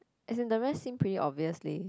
as in the rest seems pretty obvious